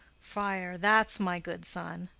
friar. that's my good son!